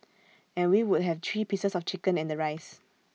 and we would have three pieces of chicken and the rice